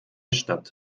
statt